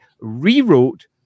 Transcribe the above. rewrote